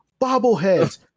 bobbleheads